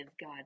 God